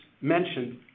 mentioned